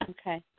Okay